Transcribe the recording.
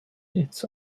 its